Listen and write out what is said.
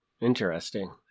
Interesting